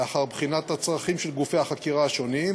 לאחר בחינת הצרכים של גופי החקירה השונים,